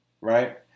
right